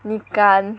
你敢